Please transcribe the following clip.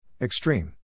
Extreme